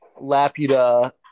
Laputa